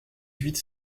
huit